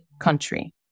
country